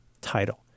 title